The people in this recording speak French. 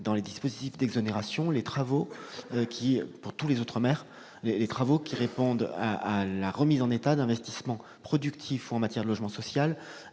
aux dispositifs d'exonération, pour tous les outre-mer les travaux qui répondraient à la remise en état d'investissements productifs en matière de logement social,